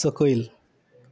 सकयल